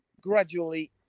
Gradually